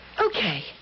Okay